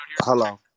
hello